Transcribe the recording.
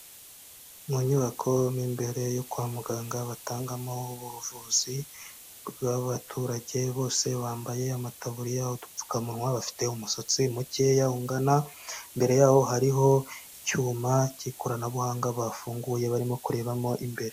Mu nyubako mo imbere yo kwa muganga batangamo ubuvuzi bw'abaturage, bose bambaye amataburiya, udupfukamunwa, bafite umusatsi mukeya ungana, imbere yaho hariho icyuma cy'ikoranabuhanga bafunguye barimo kurebamo imbere.